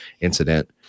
incident